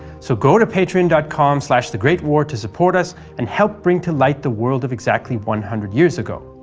so go to patreon dot com slash thegreatwar to support us and help bring to light the world of exactly one hundred years ago.